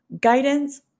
guidance